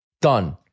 done